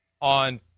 on